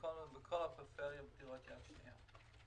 בכל הפריפריה, דירות יד שנייה.